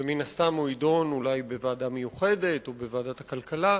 ומן הסתם הוא יידון או בוועדה מיוחדת או בוועדת הכלכלה.